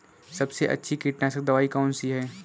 सबसे अच्छी कीटनाशक दवाई कौन सी है?